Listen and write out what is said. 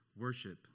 worship